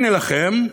הנה לכם,